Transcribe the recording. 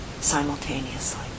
simultaneously